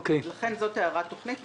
זאת הערה תכנית.